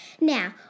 Now